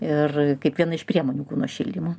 ir kaip viena iš priemonių kūno šildymo